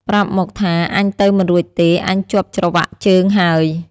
ប្រាប់មកថា "អញទៅមិនរួចទេ អញជាប់ច្រវាក់ជើងហើយ!” ។